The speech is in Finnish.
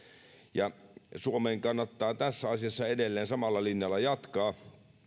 suomen kannattaa tässä asiassa edelleen samalla linjalla jatkaa